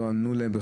לא ענו להם.